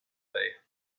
day